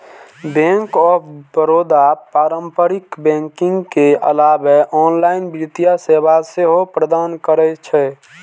bank of Baroda पारंपरिक banking के अलावे ऑनलाइन वित्तीय सेवा सेहो प्रदान करै छै